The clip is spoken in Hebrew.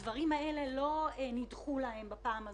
הדברים האלה לא נדחו להם בפעם הזאת.